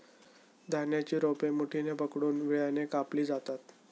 धान्याची रोपे मुठीने पकडून विळ्याने कापली जातात